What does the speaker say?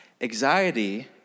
Anxiety